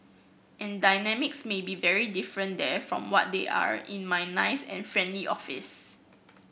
and dynamics may be very different there from what they are in my nice and friendly office